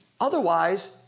Otherwise